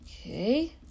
Okay